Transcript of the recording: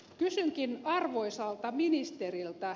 kysynkin arvoisalta ministeriltä